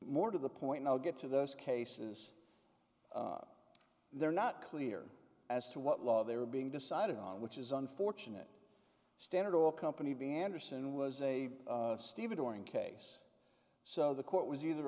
more to the point i'll get to those cases they're not clear as to what law they were being decided on which is unfortunate standard oil company b anderson was a stevedoring case so the court was either